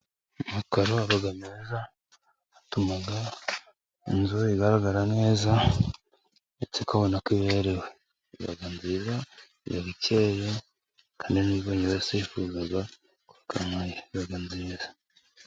Amakaro atuma inzu igaragara neza ndetse ukabona ko imibereho yakeye kandi ni yose yifuza kugenda neza.